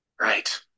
Right